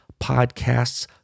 podcasts